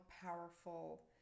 powerful